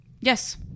Yes